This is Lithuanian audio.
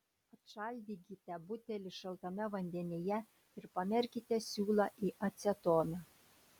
atšaldykite butelį šaltame vandenyje ir pamerkite siūlą į acetoną